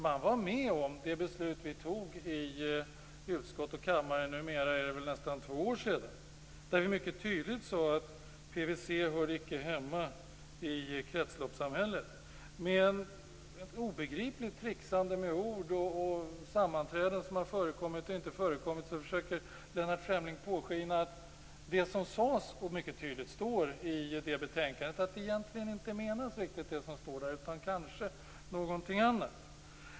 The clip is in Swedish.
Man var med om det beslut vi fattade i utskottet och kammaren för numera nästan två år sedan, där vi tydligt sade att PVC icke hörde hemma i kretsloppssamhället. Med ett obegripligt trixande med ord om sammanträden som har förekommit och inte förekommit, försöker Lennart Fremling påskina att det som sades och mycket tydligt står i det betänkandet egentligen inte menas riktigt som det står där, utan kanske någonting annat.